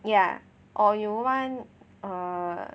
ya or you want err